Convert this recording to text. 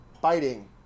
biting